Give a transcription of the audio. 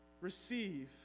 receive